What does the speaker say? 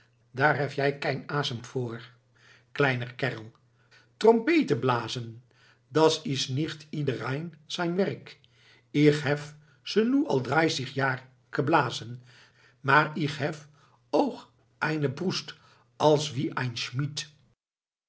daar hèv jij kein aassem voor kleiner kerl trompete blasen das ist nicht iederein sein werk ich hèv ze noe al dreissig jaar keblazen maar ich hèv ooch eine broest als wie ein